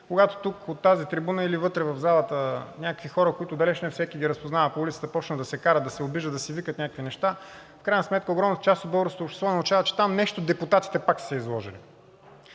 когато тук, от тази трибуна, или вътре в залата някакви хора, които далеч не всеки ги разпознава по улицата, започнат да се карат, да се обиждат, да си викат някакви неща, в крайна сметка огромната част от българското общество научава, че там нещо депутатите пак са се изложили.